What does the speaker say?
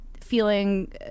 feeling